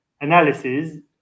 analysis